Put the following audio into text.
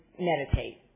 meditate